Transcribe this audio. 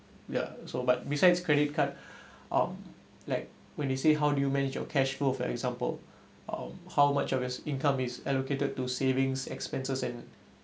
ya so but besides credit card um like when they say how do you manage your cash flow for example um how much of your income is allocated to savings expenses and